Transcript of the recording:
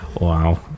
Wow